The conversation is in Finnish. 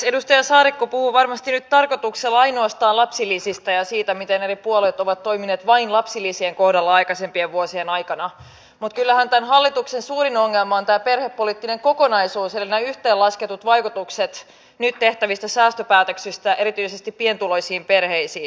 edustaja saarikko puhuu nyt varmasti tarkoituksella ainoastaan lapsilisistä ja siitä miten eri puolueet ovat toimineet vain lapsilisien kohdalla aikaisempien vuosien aikana mutta kyllähän tämän hallituksen suurin ongelma on tämä perhepoliittinen kokonaisuus eli nämä yhteenlasketut vaikutukset nyt tehtävistä säästöpäätöksistä erityisesti pienituloisiin perheisiin